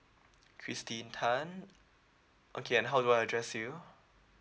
christine tan okay and how do I address you